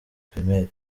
primaire